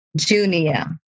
Junia